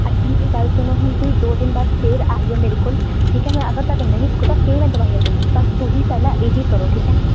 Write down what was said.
actually ਗੱਲ ਸੁਣੋ ਹੁਣ ਤੁਸੀਂ ਦੋ ਦਿਨ ਬਾਅਦ ਫਿਰ ਆਈ ਹੋ ਮੇਰੇ ਕੋਲ ਠੀਕ ਹੈ ਮੈਂ ਅਗਰ ਤੁਹਾਨੂੰ ਨਹੀਂ ਰੁਕਦਾ ਪੇ ਮੈਂ ਦਵਾਈਆਂ ਦਊਗੀ ਪਰ ਤੂੰ ਹੀ ਪਹਿਲਾਂ ਇਹੀ ਕਰੋ ਠੀਕ ਹੈ